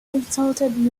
insulted